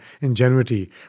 ingenuity